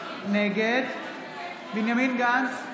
נגד בנימין גנץ,